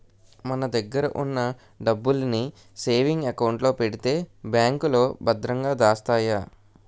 మన దగ్గర ఉన్న డబ్బుల్ని సేవింగ్ అకౌంట్ లో పెడితే బ్యాంకులో భద్రంగా దాస్తాయి